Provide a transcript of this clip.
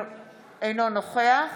אינו נוכח